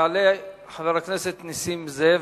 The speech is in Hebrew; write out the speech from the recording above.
יעלה חבר הכנסת נסים זאב,